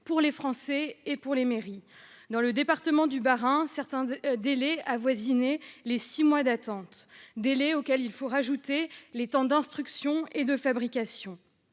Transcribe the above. pour les Français et pour les mairies. Dans le département du Bas-Rhin, certains délais avoisinent les six mois d'attente, auxquels il faut ajouter le temps d'instruction et de fabrication.